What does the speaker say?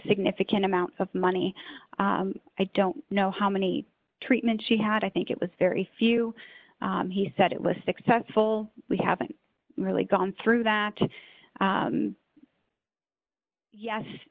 significant amount of money i don't know how many treatment she had i think it was very few he said it was successful we haven't really gone through that